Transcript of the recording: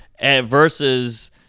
versus